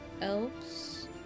elves